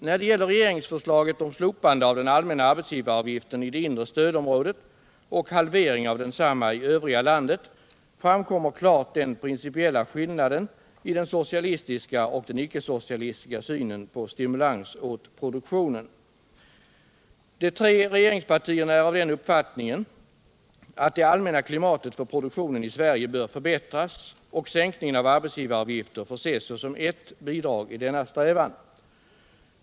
När det gäller regeringsförslaget om slopande av den allmänna arbetsgivaravgiften i inre stödområdet och halvering av densamma i övriga landet framkommer klart den principiella skillnaden i den socialistiska och den icke-socialistiska synen på stimulans åt produktionen. De tre regeringspartierna är av den uppfattningen att det allmänna klimatet för produktionen i Sverige bör förbättras och att sänkningen av arbetsgivaravgifterna får ses som ert bidrag i denna strävan.